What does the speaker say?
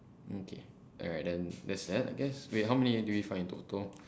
okay alright then there's that I guess wait how many did we find in total